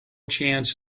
chance